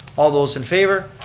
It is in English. all those in favor?